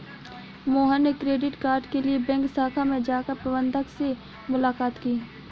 मोहन ने credit card के लिए बैंक शाखा में जाकर प्रबंधक से मुलाक़ात की